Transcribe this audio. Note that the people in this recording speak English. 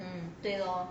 嗯对咯